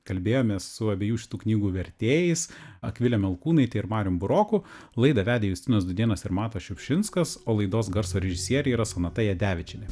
kalbėjomės su abiejų šitų knygų vertėjais akvile melkūnaite ir marium buroku laidą vedė justinas dudėnas ir matas šiupšinskas o laidos garso režisierė yra sonata jadevičienė